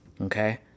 Okay